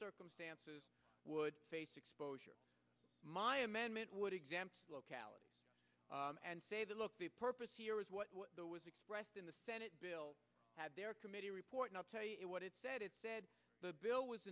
circumstances would face exposure my amendment would exempt locality and say that look the purpose here is what was expressed in the senate bill have their committee report not tell you what it said it said the bill was